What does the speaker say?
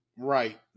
Right